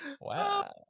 Wow